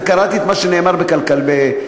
וקראתי את מה שנאמר בכנס,